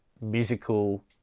musical